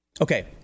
Okay